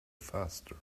faster